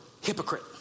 hypocrite